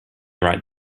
right